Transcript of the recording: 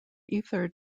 ether